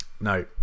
no